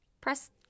press